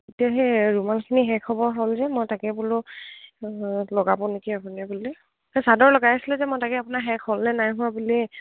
এতিয়া সেই ৰুমালখিনি শেষ হ'ব হ'ল যে মই তাকে বোলো লগাব নেকি আপুনি বুলি সেই চাদৰ লগাইছিলে যে মই তাকে আপোনাৰ শেষ হ'ললে নাই হোৱা বুলিয়